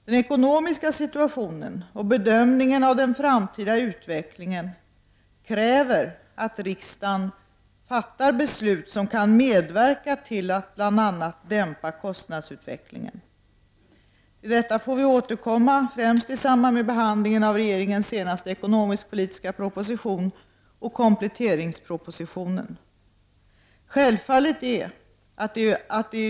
Den ekonomiska situationen och bedömningen av den framtida utvecklingen kräver att riksdagen fattar beslut som kan medverka till att bl.a. dämpa kostnadsutvecklingen. Till detta får vi återkomma, främst i samband med behandlingen av regeringens senaste ekonomiskpolitiska proposition och kompletteringspropositionen.